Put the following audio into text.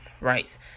Rights